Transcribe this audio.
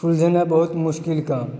सुलझेनाइ बहुत मुश्किल काम